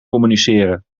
communiceren